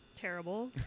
terrible